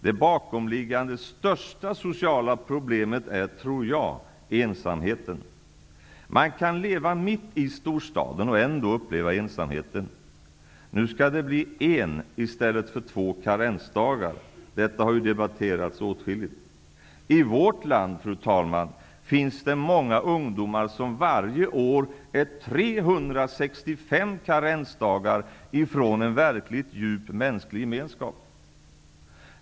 Det bakomliggande största sociala problemet är, tror jag, ensamheten. Man kan leva mitt i storstaden och ändå uppleva ensamheten. Nu skall det bli en i stället för två karensdagar. Detta har debatterats åtskilligt. I vårt land, fru talman, finns många ungdomar som varje år är 365 karensdagar ifrån en verkligt djup mänsklig gemenskap.